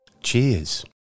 Cheers